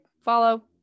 follow